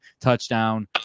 touchdown